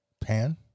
Pan